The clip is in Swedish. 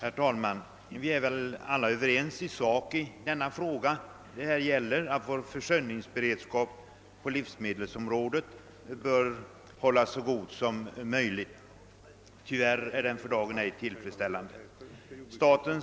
Herr talman! Vi är väl alla i sak överens i den fråga det här gäller, nämligen att vår försörjningsberedskap på livsmedelsområdet bör hållas så god som möjligt. Tyvärr är den för dagen icke tillfredsställande.